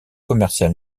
commercial